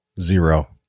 zero